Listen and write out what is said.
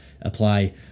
apply